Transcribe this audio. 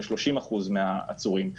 ל-30% מהעצורים,